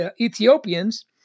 Ethiopians